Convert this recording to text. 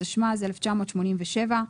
התשמ"ז-1987.